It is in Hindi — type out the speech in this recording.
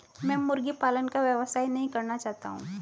मैं मुर्गी पालन का व्यवसाय नहीं करना चाहता हूँ